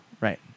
right